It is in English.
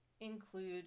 Include